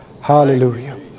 Hallelujah